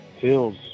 feels